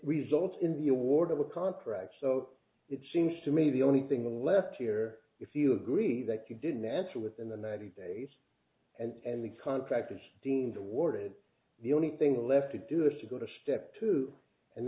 results in the award of the contract so it seems to me the only thing left here if you agree that you didn't answer within the ninety days and the contractors deemed awarded the only thing left to do is to go to step two and